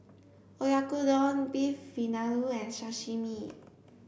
Oyakodon Beef Vindaloo and Sashimi